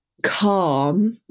Calm